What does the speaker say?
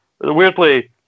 weirdly